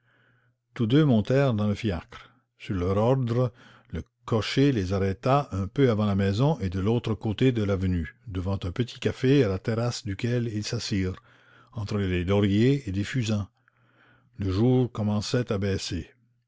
tous deux montèrent dans le fiacre sur leur ordre le cocher les arrêta un peu avant la maison et de l'autre côté de l'avenue devant un petit café à la terrasse duquel ils s'assirent entre des lauriers et des fusains le jour commençait à baisser